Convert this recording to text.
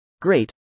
Great